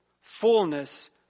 Fullness